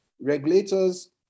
regulators